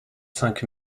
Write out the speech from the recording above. cinq